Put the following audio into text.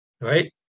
right